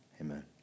amen